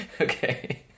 Okay